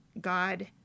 God